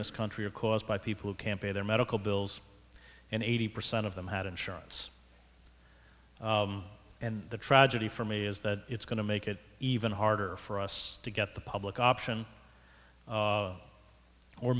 this country are caused by people who can't pay their medical bills and eighty percent of them had insurance and the tragedy for me is that it's going to make it even harder for us to get the public option